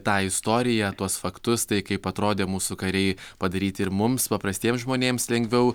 tą istoriją tuos faktus tai kaip atrodė mūsų kariai padaryti ir mums paprastiems žmonėms lengviau